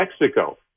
Mexico